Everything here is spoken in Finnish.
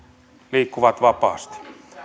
liikkuvat vapaasti